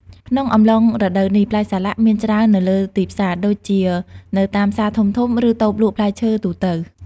ក្នុងអំឡុងរដូវនេះ ផ្លែសាឡាក់មានច្រើននៅលើទីផ្សារ ដូចជានៅតាមផ្សារធំៗ ឬតូបលក់ផ្លែឈើទូទៅ